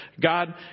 God